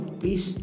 please